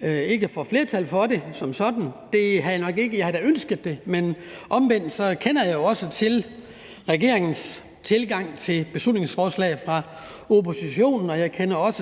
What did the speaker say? jeg kender også